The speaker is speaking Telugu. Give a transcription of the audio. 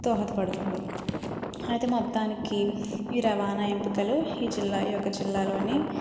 దోహదపడుతుంది అయితే మొత్తానికి ఈ రవాణా ఎంపికలు ఈ జిల్లా ఈ యొక్క జిల్లాలోని